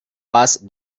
paz